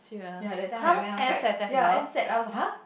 ya that time when I went I was like ya end sep I was [huh]